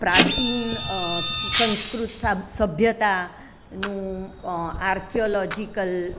પ્રાચીન સંસ્કૃત સા સભ્યતાનું આર્ક્યોલૉજિકલ